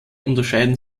unterscheiden